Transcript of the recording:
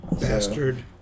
Bastard